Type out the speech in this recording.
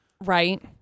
right